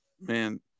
Man